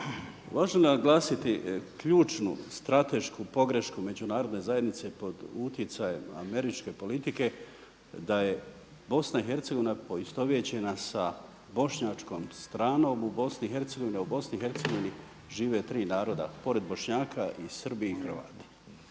Važno je naglasiti ključnu, stratešku pogrešku Međunarodne zajednice pod utjecajem američke politike da je BiH poistovjećena sa bošnjačkom stranom u BiH-a a u BiH žive 3 naroda, pored Bošnjaka i Srbi i Hrvati.